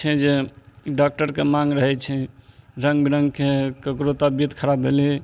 छै जे डॉक्टरके माँग रहय छै रङ्ग बिरङ्गके ककरो तबियत खराब भेलय